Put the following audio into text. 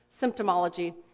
symptomology